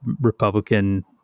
Republican